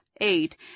eight